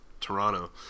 Toronto